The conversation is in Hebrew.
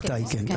כן.